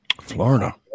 Florida